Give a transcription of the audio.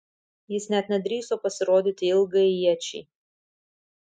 jis net nedrįso pasirodyti ilgajai iečiai